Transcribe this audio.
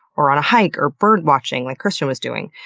or on a hike, or birdwatching like christian was doing.